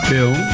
Bill